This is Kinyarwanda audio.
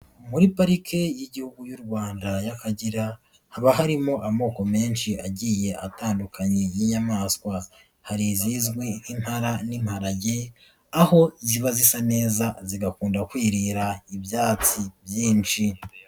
Muri parike y'Igihugu y'u Rwanda y'Akagera haba harimo amoko menshi agiye atandukanye y'inyamaswa, hari izizwi nk'impara n'imparage, aho ziba zisa neza zigakunda kwirira ibyatsi byinshi.